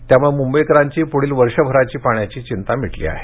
त्यामुळे मुंबईकरांची पुढील वर्षभराची पाण्याची चिंता मिटली आहे